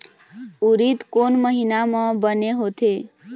उरीद कोन महीना म बने होथे?